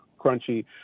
crunchy